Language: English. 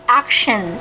action